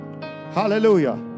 Hallelujah